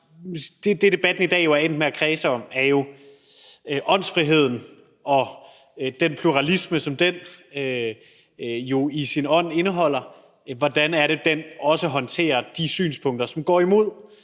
som debatten i dag er endt med at kredse om, er jo åndsfriheden og den pluralisme, som den i sin ånd indeholder, og hvordan det også er, den håndterer de synspunkter, som går imod